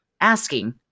asking